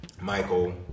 Michael